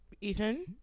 Ethan